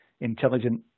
intelligent